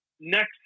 next